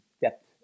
depth